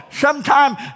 sometime